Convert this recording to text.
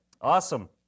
awesome